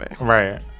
Right